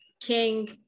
King